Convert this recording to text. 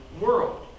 world